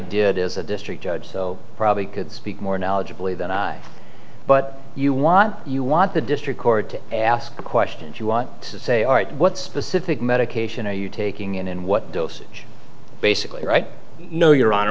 did as a district judge so probably could speak more knowledgeable than i but you want you want the district court to ask questions you want to say all right what specific medication are you taking in and what dosage basically right no your honor